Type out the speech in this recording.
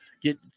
get